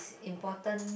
important